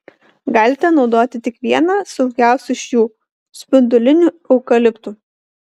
galite naudoti tik vieną saugiausią iš jų spindulinių eukaliptų